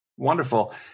Wonderful